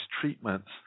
treatments